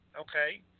Okay